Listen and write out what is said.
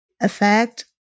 effect